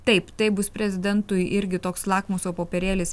taip tai bus prezidentui irgi toks lakmuso popierėlis